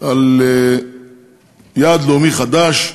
על יעד לאומי חדש,